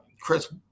Chris